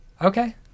Okay